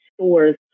stores